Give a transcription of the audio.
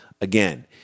again